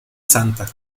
santa